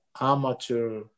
amateur